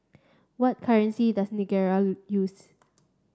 what currency does Nigeria use